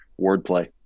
wordplay